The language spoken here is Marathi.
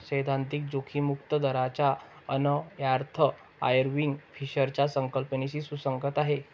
सैद्धांतिक जोखीम मुक्त दराचा अन्वयार्थ आयर्विंग फिशरच्या संकल्पनेशी सुसंगत आहे